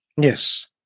Yes